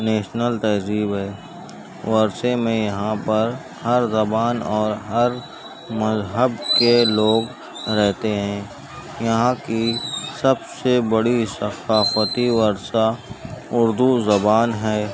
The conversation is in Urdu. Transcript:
نیشنل تہذیب ہے ورثے میں یہاں پر ہر زبان اور ہر مذہب کے لوگ رہتے ہیں یہاں کی سب سے بڑی ثقافتی ورثہ اردو زبان ہے